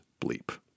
bleep